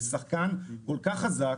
זה שחקן כל כך חזק,